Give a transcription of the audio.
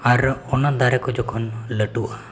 ᱟᱨ ᱚᱱᱟ ᱫᱟᱨᱮᱠᱚ ᱡᱚᱠᱷᱚᱱ ᱞᱟᱹᱴᱩᱜᱼᱟ